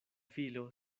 filo